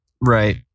Right